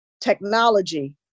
technology